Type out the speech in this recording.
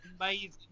Amazing